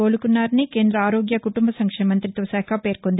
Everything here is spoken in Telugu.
కోలుకున్నారని కేంద్ర ఆరోగ్య కుటుంబ సంక్షేమ మంత్రిత్వ శాఖ పేర్కొంది